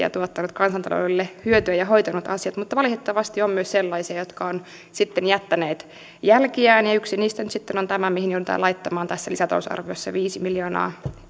ja tuottanut kansantaloudelle hyötyä ja hoitanut asiat mutta valitettavasti on myös sellaisia jotka ovat sitten jättäneet jälkiään ja yksi niistä nyt sitten on tämä mihin joudutaan laittamaan tässä lisätalousarviossa viisi miljoonaa